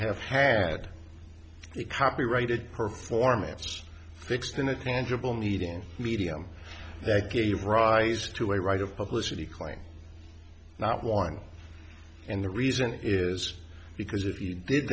have had copyrighted performance fixed in a tangible meeting medium that gave rise to a right of publicity claim not one and the reason is because if you did